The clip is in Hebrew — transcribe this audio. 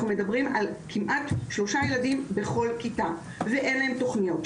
אנחנו מדברים על כמעט שלושה ילדים בכל כיתה ואין להם תוכניות.